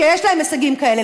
שיש לה הישגים כאלה.